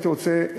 הייתי רוצה,